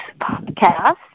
podcast